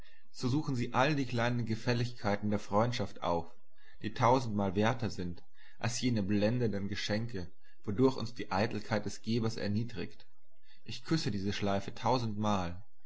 so suchen sie alle die kleinen gefälligkeiten der freundschaft auf die tausendmal werter sind als jene blendenden geschenke wodurch uns die eitelkeit des gebers erniedrigt ich küsse diese schleife tausendmal